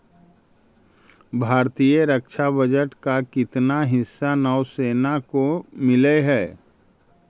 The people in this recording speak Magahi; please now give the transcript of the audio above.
भारतीय रक्षा बजट का कितना हिस्सा नौसेना को मिलअ हई